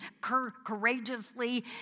courageously